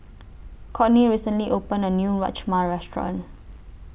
Cortney recently opened A New Rajma Restaurant